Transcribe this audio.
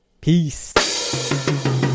peace